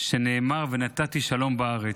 שנאמר 'ונתתי שלום בארץ'."